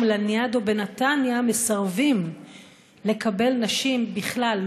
לניאדו בנתניה מסרבים לקבל נשים בכלל,